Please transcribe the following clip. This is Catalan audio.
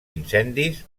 incendis